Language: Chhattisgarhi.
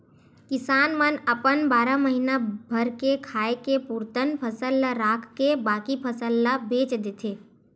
किसान मन अपन बारा महीना भर के खाए के पुरतन फसल ल राखके बाकी फसल ल बेच देथे